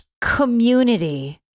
community